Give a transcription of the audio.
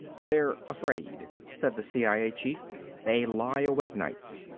they're afraid, said the cia chief. they lie awake nights.